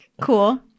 cool